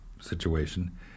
situation